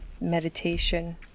meditation